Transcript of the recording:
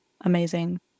amazing